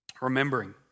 Remembering